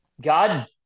god